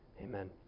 Amen